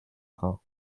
reins